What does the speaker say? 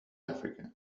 africa